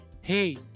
Hey